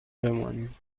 بمانیم